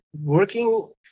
working